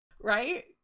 right